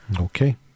Okay